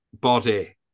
body